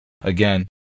again